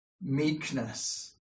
meekness